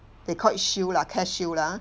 they call it shield lah CareShield lah